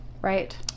right